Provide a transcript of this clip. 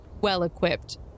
well-equipped